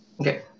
Okay